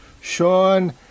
Sean